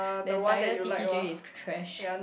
the entire T_P_J is trash